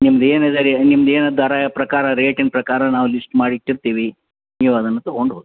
ನಿಮ್ದು ಏನು ಇದೆ ರೀ ನಿಮ್ದು ಏನು ದರ ಪ್ರಕಾರ ರೇಟಿನ ಪ್ರಕಾರ ನಾವು ಲಿಸ್ಟ್ ಮಾಡಿ ಇಟ್ಟಿರ್ತೀವಿ ನೀವು ಅದನ್ನು ತಗೊಂಡು ಹೋಗಿ